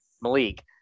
Malik